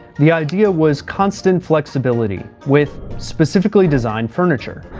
the idea was constant flexibility with specifically designed furniture.